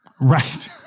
right